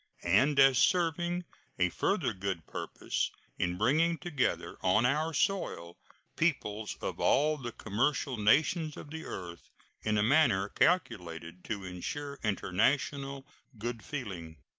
and as serving a further good purpose in bringing together on our soil peoples of all the commercial nations of the earth in a manner calculated to insure international good feeling.